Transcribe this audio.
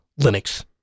Linux